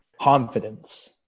confidence